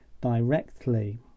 directly